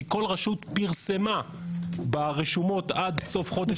כי כל רשות פרסמה ברשומות עד סוף חודש